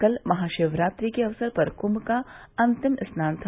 कल महारिकरात्रि के अवसर पर कुंभ का अंतिम स्नान था